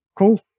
cool